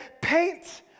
paint